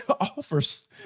offers